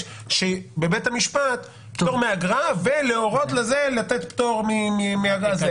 בבית המשפט פטור מאגרה ולהורות לזה לתת פטור מאגרה.